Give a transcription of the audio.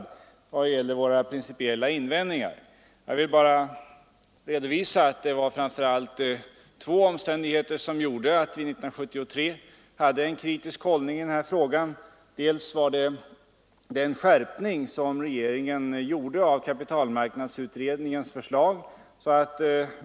Jag vill bara redovisa de två omständigheter som framför allt gjorde att vi 1973 hade en kritisk hållning i den här frågan. Den första omständigheten var den skärpning som regeringen gjorde av kapitalmarknadsutredningens förslag.